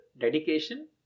dedication